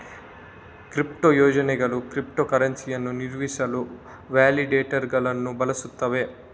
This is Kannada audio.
ಕ್ರಿಪ್ಟೋ ಯೋಜನೆಗಳು ಕ್ರಿಪ್ಟೋ ಕರೆನ್ಸಿಯನ್ನು ನಿರ್ವಹಿಸಲು ವ್ಯಾಲಿಡೇಟರುಗಳನ್ನು ಬಳಸುತ್ತವೆ